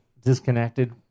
disconnected